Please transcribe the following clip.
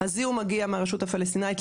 הזיהום המגיע מהרשות הפלסטינאית,